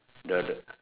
the the